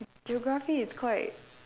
geography is quite